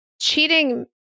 cheating